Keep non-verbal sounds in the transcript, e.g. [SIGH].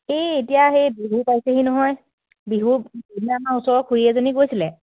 এই এতিয়া সেই বিহু পাইছেহি নহয় বিহু [UNINTELLIGIBLE] আমাৰ ওচৰৰ খুৰী এজনী গৈছিলে